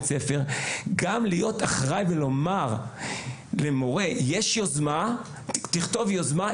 הספר; גם להיות אחראי ולומר למורה: "תכתוב יוזמה,